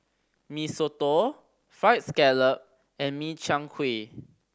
Mee Soto Fried Scallop and Min Chiang Kueh